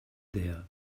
there